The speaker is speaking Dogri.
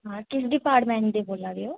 हां केह्ड़े डिपार्टमेंट दे बोल्लै दे ओ